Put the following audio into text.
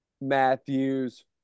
Matthews